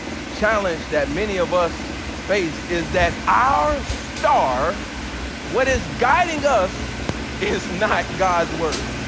the challenge that many of us face, is that our star what is guiding us is not god's word,